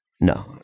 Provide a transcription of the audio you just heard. No